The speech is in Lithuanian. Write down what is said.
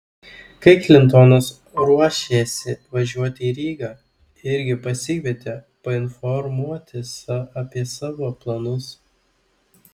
kai klintonas ruošėsi važiuoti į rygą irgi pasikvietė painformuoti apie savo planus